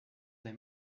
des